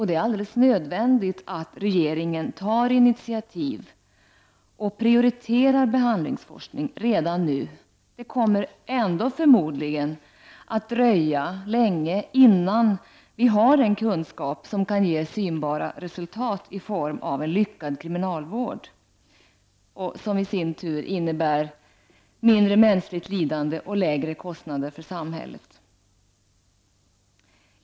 Det är nödvändigt att regeringen tar initiativ och prioriterar behandlingsforskning redan nu — det kommer förmodligen ändå att dröja länge innan vi har den kunskap som ger synbara resultat i form av lyckad kriminalvård, som i sin tur innebär mindre mänskligt lidande och lägre kostnader för samhället.